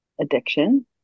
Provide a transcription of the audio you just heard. addiction